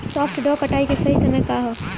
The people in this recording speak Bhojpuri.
सॉफ्ट डॉ कटाई के सही समय का ह?